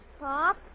Pop